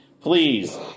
please